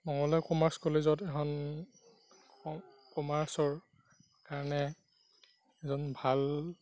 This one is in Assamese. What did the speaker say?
মঙলদৈ কমাৰ্চ কলেজত এখন কমাৰ্চৰ কাৰণে এজন ভাল